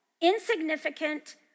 insignificant